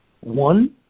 One